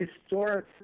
historic